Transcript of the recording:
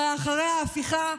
הרי אחרי ההפיכה,